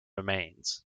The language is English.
remains